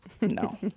no